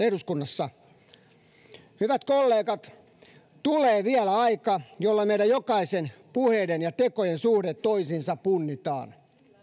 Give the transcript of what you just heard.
eduskunnassa hyvät kollegat tulee vielä aika jolloin meidän jokaisen puheiden ja tekojen suhde toisiinsa punnitaan